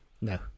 No